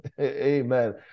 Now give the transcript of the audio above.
Amen